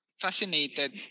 fascinated